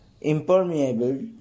impermeable